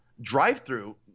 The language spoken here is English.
drive-through